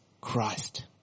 christ